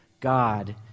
God